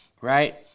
right